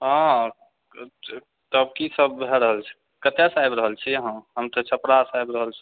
हँ तब कि सभ भए रहल छै कतऽसँ आबि रहल छी अहाँ हम तऽ छपरासँ आबि रहल छी